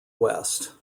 west